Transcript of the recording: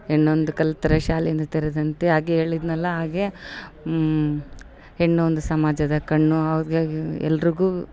ಹೆಣ್ಣೊಂದ್ ಕಲಿತ್ರೆ ಶಾಲೆಯೊಂದು ತೆರೆದಂತೆ ಹಾಗೇ ಹೇಳಿದ್ನಲ್ಲ ಹಾಗೇ ಹೆಣ್ಣೊಂದು ಸಮಾಜದ ಕಣ್ಣು ಹಾಗಾಗಿ ಎಲ್ಲರಿಗು